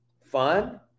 fun